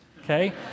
okay